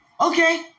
Okay